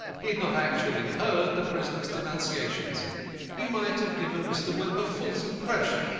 he had not actually heard the prisoner's denunciations he might have given mr. wimp a false impression,